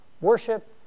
worship